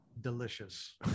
delicious